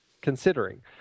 considering